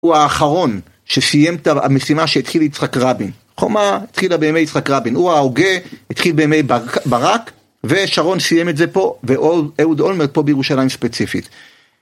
הוא האחרון שסיים את המשימה שהתחיל יצחק רבין, חומה התחילה בימי יצחק רבין, הוא ההוגה התחיל בימי ברק ושרון סיים את זה פה ואהוד אולמרט פה בירושלים ספציפית.